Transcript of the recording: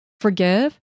Forgive